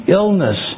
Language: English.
illness